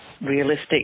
realistic